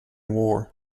war